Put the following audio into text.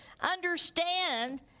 Understand